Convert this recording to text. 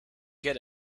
get